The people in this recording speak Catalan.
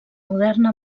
moderna